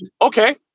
okay